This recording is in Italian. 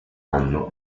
anno